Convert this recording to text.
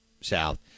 South